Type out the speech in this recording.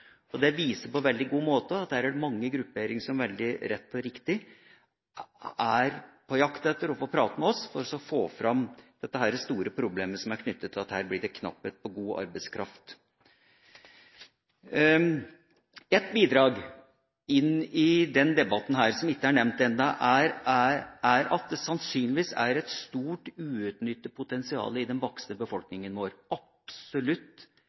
Landsforening. Det viser på en veldig god måte at det er mange grupperinger som, veldig rett og riktig, er på jakt etter å få prate med oss for å få fram det store problemet som er knyttet til at det blir knapphet på god arbeidskraft. Et bidrag i denne debatten som ikke er nevnt ennå, er at det sannsynligvis er et stort, uutnyttet potensial i den voksne